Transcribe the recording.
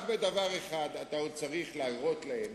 רק בדבר אחד אתה עוד צריך להראות להם